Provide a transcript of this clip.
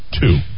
two